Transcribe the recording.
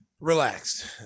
Relaxed